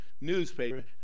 newspaper